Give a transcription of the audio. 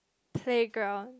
playground